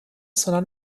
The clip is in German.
sondern